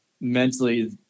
mentally